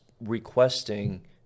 requesting